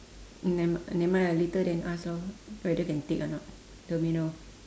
um n~ nevermind nevermind lah later then ask lor whether can take or not don't minum